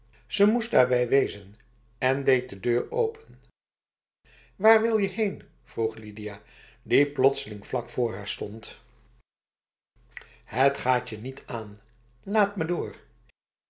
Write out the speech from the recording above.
ze moest daarbij wezen en ze deed de deur open waar wil je heen vroeg lidia die plotseling vlak voor haar stond het gaatje niet aan laat me doorf